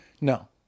no